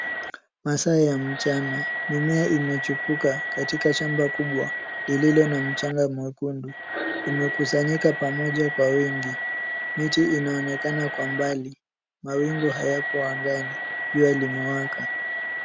Masaa ya mchana. Mimea imechipuka katika shamba kubwa lililo na mchanga mwekundu imekusanyika pamoja kwa wingi . Miti inaonekana kwa umbali . Mawingu hayapo angani. Jua limewaka.